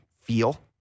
feel